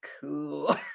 cool